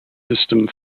system